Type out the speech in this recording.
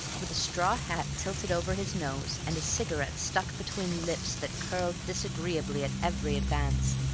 with a straw hat tilted over his nose and a cigarette stuck between lips that curled disagreeably at every advance.